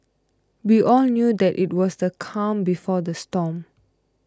we all knew that it was the calm before the storm